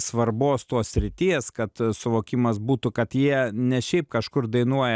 svarbos tos srities kad suvokimas būtų kad jie ne šiaip kažkur dainuoja